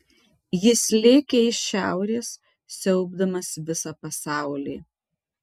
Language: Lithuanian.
jis lėkė iš šiaurės siaubdamas visą pasaulį